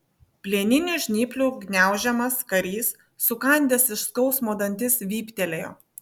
plieninių žnyplių gniaužiamas karys sukandęs iš skausmo dantis vyptelėjo